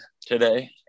today